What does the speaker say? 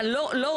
מה, לא רואים?